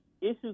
Issues